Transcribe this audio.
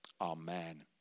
Amen